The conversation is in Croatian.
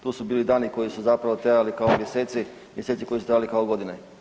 To su bili dani koji su zapravo trajali kao mjeseci, mjeseci koji su trajali kao godine.